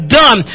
done